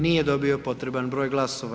Nije dobio potreban broj glasova.